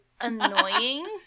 annoying